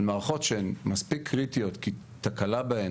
הן מערכות שהן מספיק קריטיות כי תקלה בהן